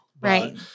Right